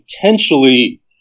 potentially